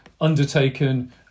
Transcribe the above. undertaken